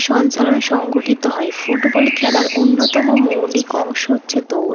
সঞ্চালন সংগঠিত হয় ফুটবল খেলার অন্যতম মৌলিক অংশ হচ্ছে দৌড়